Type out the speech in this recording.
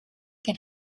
can